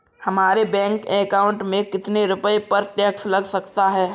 हमारे bank account में कितने रुपये पर टैक्स लग सकता है?